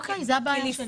אוקיי, זאת הבעיה.